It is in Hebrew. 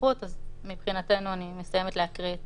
אז סיימתי לקרוא את